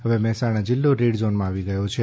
હવે મહેસાણા જિલ્લો રેડ ઝોનમાં આવી ગયો છે